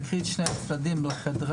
קחי את שני הצדדים לחדרך,